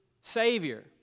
Savior